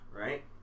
Right